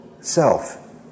Self